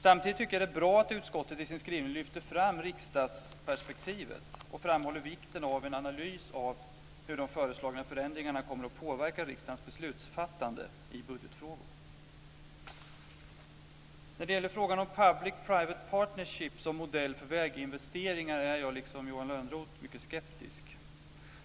Samtidigt tycker jag att det är bra att utskottet i sin skrivning lyfter fram riksdagsperspektivet och framhåller vikten av en analys av hur de föreslagna förändringarna kommer att påverka riksdagens beslutsfattande i budgetfrågor. När det gäller frågan om public private partnership som modell för väginvesteringar är jag liksom Johan Lönnroth mycket skeptisk.